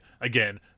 Again